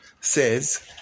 says